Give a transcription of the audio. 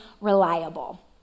reliable